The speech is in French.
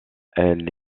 elle